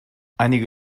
einige